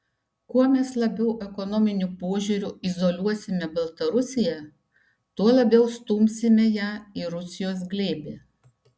kuo mes labiau ekonominiu požiūriu izoliuosime baltarusiją tuo labiau stumsime ją į rusijos glėbį